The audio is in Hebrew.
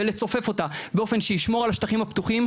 ולצופף אותה באופן שישמור על השטחים הפתוחים,